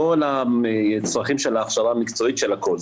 כל הצרכים של ההכשרה המקצועית של הכל.